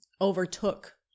overtook